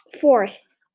Fourth